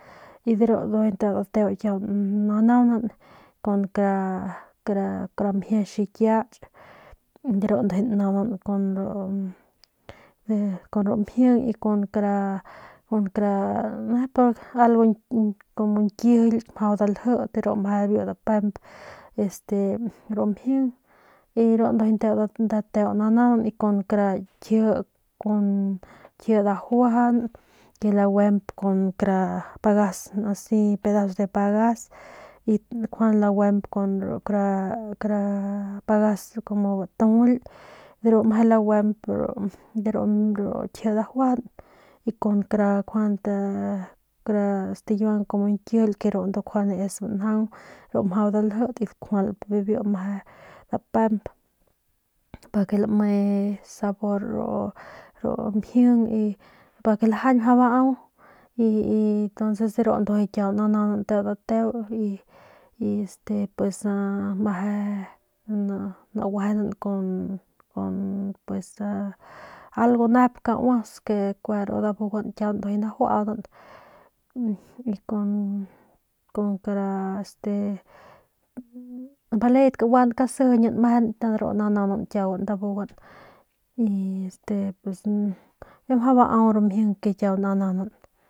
Y de ru njuy nteu dateu kiaun nanaunan kun kun kara mjie xikiach de ru njuy nanaunan kun ru mjing kun kara kun kara nep algo como ñkijily mjau daljit de ru meje ru dapemp este ru mjing ru njuy nteu dateu nanaunan y kun kara kji dajuajan laguemp asi kara pagas asi pedazos de pagas y njuande laguemp kun kara pagas kumu batujuly y meje lajuemp ru kji dajuajan y kara kuent kara stikiuang ñkijily ru njuande ru es bangaung mjau daljit y dakjualp meje dapemp pa ke lame sabor ru mjing pa que lajañ mjau baau y ntonces ru ndujuy kiau nanaunang nteu dateu y este pues naguejenan kun mejenan kun pues a algo nep kauaus ke kua ru njuy dabugan kiauguan najuaudan y con kara este baledan kaguan kasijiñan de ru ndujuy nanaunan kiuguandabugan y este mjau bau ru mjing ke kiau nanaunan.